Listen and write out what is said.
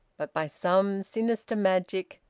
but by some sinister magic,